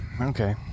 Okay